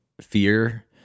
fear